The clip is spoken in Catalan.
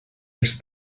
els